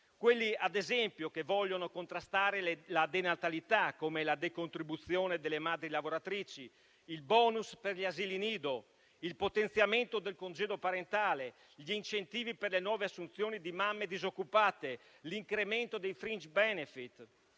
esempio su quelli che vogliono contrastare la denatalità, come la decontribuzione delle madri lavoratrici, il bonus per gli asili nido, il potenziamento del congedo parentale, gli incentivi per le nuove assunzioni di mamme disoccupate, l'incremento dei *fringe benefit*,